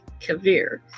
Kavir